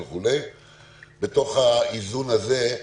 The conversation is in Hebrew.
בתוך האיזון הזה,